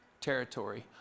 territory